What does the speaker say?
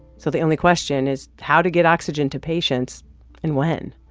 so the only question is how to get oxygen to patients and when,